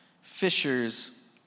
fishers